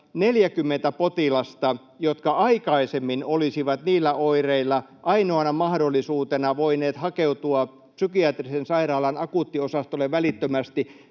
40 potilasta, jotka aikaisemmin olisivat niillä oireilla ainoana mahdollisuutena voineet hakeutua psykiatrisen sairaalan akuuttiosastolle välittömästi,